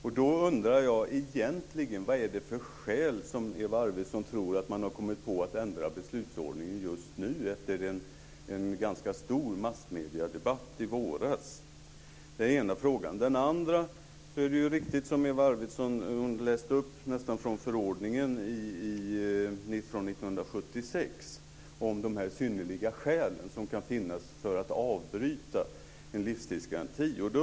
Vad tror Eva Arvidsson att skälet är till att man har kommit på att ändra beslutsordningen just nu, efter en ganska stor massmediadebatt i våras? Det är den ena frågan. Det Eva Arvidsson läste upp, nästan från förordningen från 1976 om de synnerliga skäl som kan finnas för att avbryta en livstidsgaranti, är riktigt.